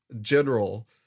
general